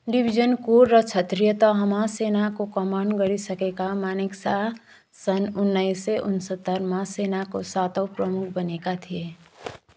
division corps र क्षेत्रीय तहमा सेनाको कमान्ड गरिसकेका मानेकसा सन् उन्नाइस सय उनसत्तरीमा सेनाको सातौँ प्रमुख बनेका थिए